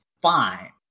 fine